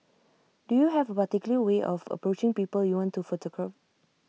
do you have particular way of approaching people you want to photograph